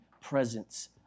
presence